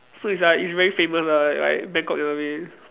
so it's like it's very famous lah like Bangkok in a way